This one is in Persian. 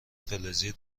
فلزی